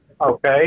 Okay